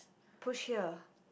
push here